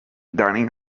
dining